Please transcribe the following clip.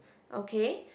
okay